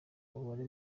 umubare